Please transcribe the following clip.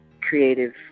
creative